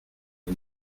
del